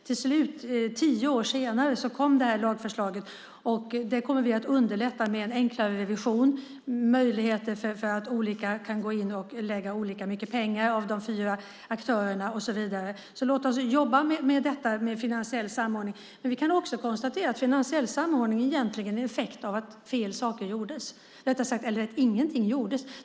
Till slut, tio år senare, kom detta lagförslag. Där kommer vi att underlätta med en enklare revision, möjligheter för de fyra aktörerna att lägga olika mycket pengar och så vidare. Så låt oss jobba med finansiell samordning. Vi kan också konstatera att finansiell samordning egentligen är en effekt av att fel saker gjordes eller rättare sagt av att inget gjordes.